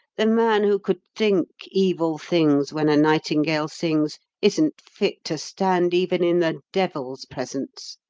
the man who could think evil things when a nightingale sings, isn't fit to stand even in the devil's presence.